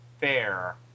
fair